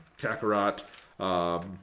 Kakarot